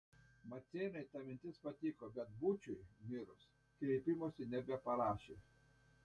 maceinai ta mintis patiko bet būčiui mirus kreipimosi nebeparašė